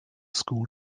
school